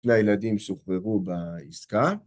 לילדים שוחררו בעסקה.